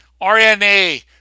RNA